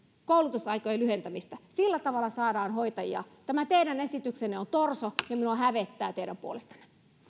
koulutusaikojen lyhentämistä sillä tavalla saadaan hoitajia tämä teidän esityksenne on torso ja minua hävettää teidän puolestanne